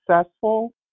successful